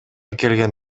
келген